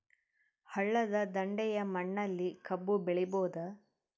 ಹಳ್ಳದ ದಂಡೆಯ ಮಣ್ಣಲ್ಲಿ ಕಬ್ಬು ಬೆಳಿಬೋದ?